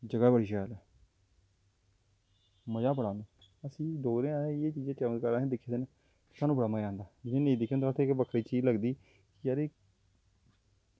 जगह् बड़ी शैल ऐ मज़ा बड़ा आंदा अस डोगरे आं इ'यै चीज़ां चमत्कार अस दिक्खी लैन्ने आं सानूं बड़ा मज़ा आंदा जि'नें नेईं दिक्खे दा उं'दे आस्तै इक बक्खरी चीज़ लग्गदी